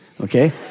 Okay